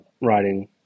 writing